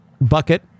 bucket